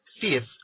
fifth